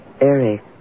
Eric